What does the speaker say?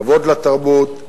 כבוד לתרבות,